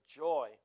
joy